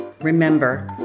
Remember